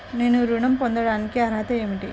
నేను ఋణం పొందటానికి అర్హత ఏమిటి?